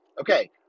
Okay